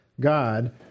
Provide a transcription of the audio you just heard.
God